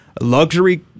luxury